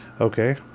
okay